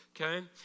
okay